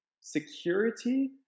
security